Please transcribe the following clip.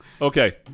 okay